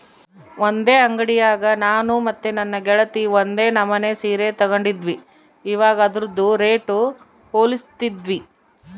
ಒಂದೇ ಅಂಡಿಯಾಗ ನಾನು ಮತ್ತೆ ನನ್ನ ಗೆಳತಿ ಒಂದೇ ನಮನೆ ಸೀರೆ ತಗಂಡಿದ್ವಿ, ಇವಗ ಅದ್ರುದು ರೇಟು ಹೋಲಿಸ್ತಿದ್ವಿ